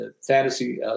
fantasy